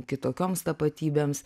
kitokioms tapatybėms